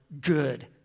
good